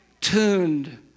tuned